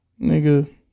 nigga